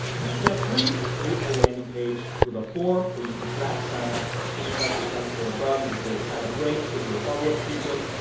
then step three, create a landing page, with a form, where you can track sign-ups. twenty five percent or above is a great sign-up rate. trigger a follow-up sequence,